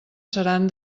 seran